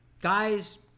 Guys